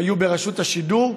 שהיו ברשות השידור.